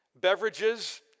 beverages